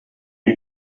you